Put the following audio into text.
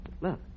Look